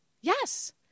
Yes